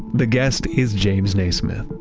the guest is james naismith.